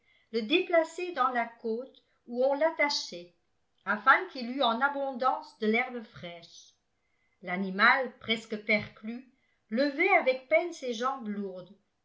le déplacer dans la cote où on l'attachait afin qu'il eût en abondance de l'herbe fraîche l'animal presque perclus levait avec peine ses jambes lourdes